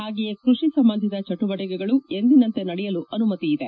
ಹಾಗೆಯೇ ಕೃಷಿ ಸಂಬಂಧಿತ ಚಟುವಟಿಕೆಗಳು ಎಂದಿನಂತೆ ನಡೆಯಲು ಅನುಮತಿಯಿದೆ